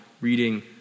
reading